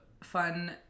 fun